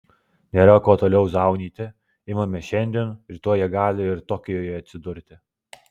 nėra ko toliau zaunyti imame šiandien rytoj jie gali ir tokijuje atsidurti